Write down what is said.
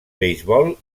beisbol